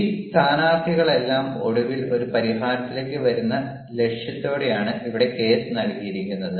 ഈ സ്ഥാനാർത്ഥികളെല്ലാം ഒടുവിൽ ഒരു പരിഹാരത്തിലേക്ക് വരുമെന്ന ലക്ഷ്യത്തോടെയാണ് ഇവിടെ കേസ് നൽകിയിരിക്കുന്നത്